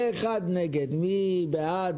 מי בעד?